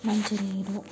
మంచినీరు